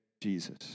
Jesus